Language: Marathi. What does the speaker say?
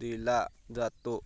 दिला जातो